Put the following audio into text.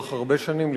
לאורך הרבה שנים,